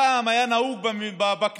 פעם היה נהוג בכנסת